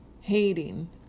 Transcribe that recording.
Hating